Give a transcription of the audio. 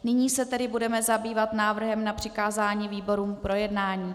Nyní se tedy budeme zabývat návrhem na přikázání výborům k projednání.